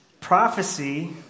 prophecy